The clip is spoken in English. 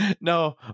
No